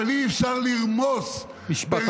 אבל אי-אפשר לרמוס, משפט אחרון, בבקשה.